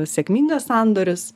sėkmingas sandoris